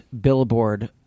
billboard